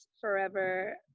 forever